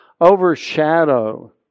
overshadow